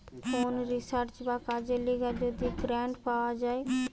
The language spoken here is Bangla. কোন রিসার্চ বা কাজের লিগে যদি গ্রান্ট পাওয়া যায়